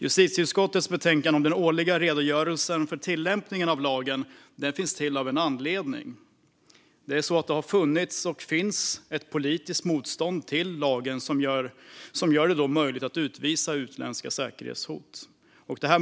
Justitieutskottets betänkande om den årliga redogörelsen för tillämpningen av lagen finns till av en anledning. Det har funnits och finns ett politiskt motstånd till lagen som gör det möjligt att utvisa utländska säkerhetshot.